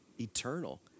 eternal